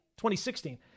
2016